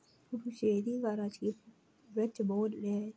पुडुचेरी का राजकीय वृक्ष बेल है